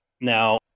Now